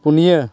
ᱯᱩᱱᱤᱭᱟᱹ